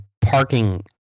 parking